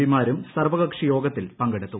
P മാരും സർവ്വകക്ഷിയോഗത്തിൽ പങ്കെടുത്തു